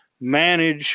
manage